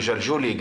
ג'לג'וליה,